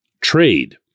trade